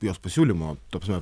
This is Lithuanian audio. jos pasiūlymo ta prasme